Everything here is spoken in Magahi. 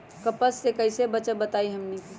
कपस से कईसे बचब बताई हमनी के?